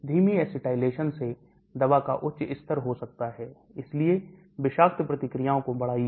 धीमी acetylation से दवा का उच्च स्तर हो सकता है इसलिए विषाक्त प्रतिक्रियाओं को बढ़ाइए